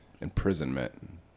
imprisonment